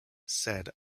said